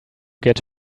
get